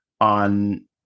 on